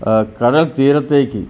കടൽ തീരത്തേക്ക്